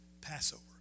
Passover